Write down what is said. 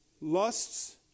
lusts